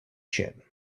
chin